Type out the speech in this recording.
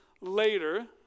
later